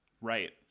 Right